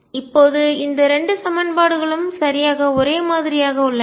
இப்போது இந்த 2 சமன்பாடுகளும் சரியாக ஒரே மாதிரியாக உள்ளன